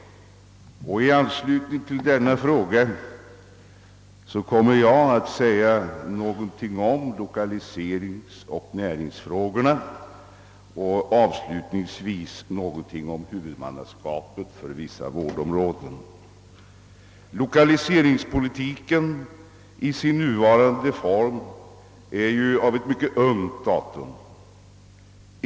I anslutning till denna fråga kommer jag att säga några ord om lokaliseringsoch näringsfrågorna och avslutningsvis också något om huvudmannaskapet för vissa vårdområden. Lokaliseringspolitiken i dess nuvarande form är ju av mycket sent datum.